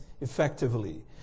effectively